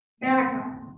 backup